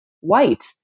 white